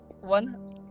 one